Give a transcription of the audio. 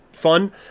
fun